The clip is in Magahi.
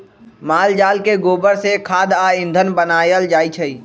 माल जाल के गोबर से खाद आ ईंधन बनायल जाइ छइ